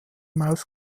maus